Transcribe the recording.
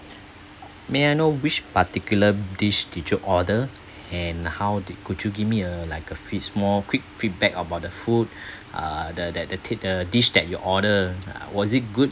may I know which particular dish did you order and how did could you give me a like a quick more quick feedback about the food uh the that the tas~ the dish that your order uh was it good